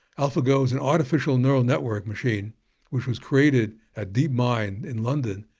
alphago is an artificial neural network machine which was created at deepmind in london,